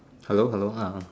hello hello !huh! uh